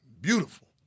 beautiful